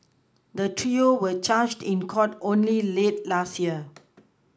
the trio were charged in court only late last year